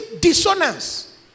dissonance